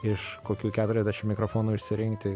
iš kokių keturiasdešim mikrofonų išsirinkti